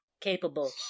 capable